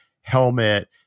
helmet